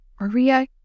Maria